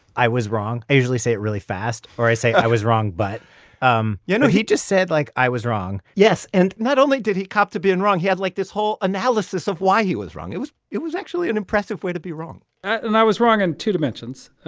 i was wrong. i usually say it really fast, or i say, i was wrong, but um yeah. no. he just said, like, i was wrong yes. and not only did he cop to being wrong, he had, like, this whole analysis of why he was wrong. it was it was actually an impressive way to be wrong and i was wrong in two dimensions.